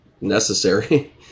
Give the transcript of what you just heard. necessary